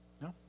No